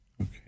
okay